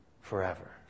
forever